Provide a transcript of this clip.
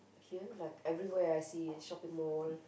here like everywhere I see it's shopping mall